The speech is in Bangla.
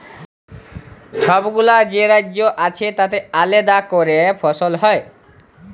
ছবগুলা যে রাজ্য আছে তাতে আলেদা ক্যরে ফসল হ্যয়